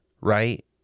right